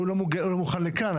הוא לא מוכן לכאן,